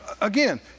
again